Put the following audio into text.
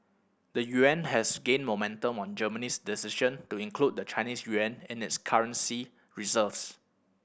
the yuan also gained momentum on Germany's decision to include the Chinese yuan in its currency reserves